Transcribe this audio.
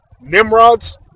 nimrods